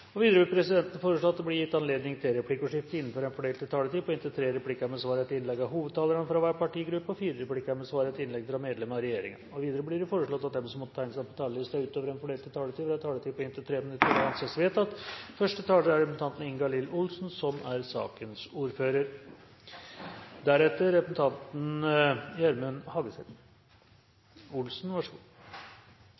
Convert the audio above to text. minutter. Videre vil presidenten foreslå at det blir gitt anledning til replikkordskifte på inntil tre replikker med svar etter innlegg av hovedtalerne fra hver partigruppe og fire replikker med svar etter innlegg fra medlem av regjeringen innenfor den fordelte taletid. Videre blir det foreslått at de som måtte tegne seg på talerlisten utover den fordelte taletid, får en taletid på inntil 3 minutter. – Det anses vedtatt. Den store innbyggerundersøkelsen viser at 96 pst. av innbyggerne er